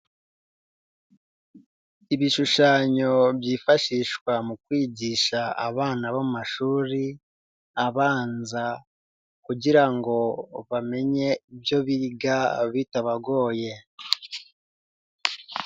Ibishushanyo byifashishwa mu kwigisha abana b'amashuri abanza kugira ngo bamenye ibyo biga bitabagoye.